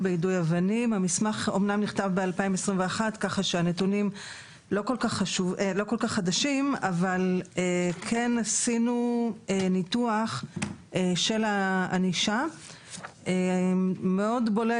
בנשק שלו הוא יכול להשתמש בנשק שלו על פי